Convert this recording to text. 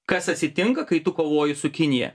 kas atsitinka kai tu kovoji su kinija